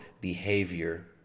behavior